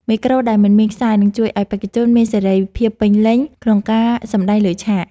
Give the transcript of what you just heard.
មេក្រូដែលមិនមានខ្សែនឹងជួយឱ្យបេក្ខជនមានសេរីភាពពេញលេញក្នុងការសម្ដែងលើឆាក។